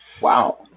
Wow